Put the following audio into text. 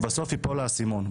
בסוף ייפול האסימון.